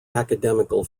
academical